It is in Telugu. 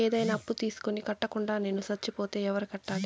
ఏదైనా అప్పు తీసుకొని కట్టకుండా నేను సచ్చిపోతే ఎవరు కట్టాలి?